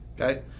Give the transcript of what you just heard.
Okay